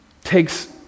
takes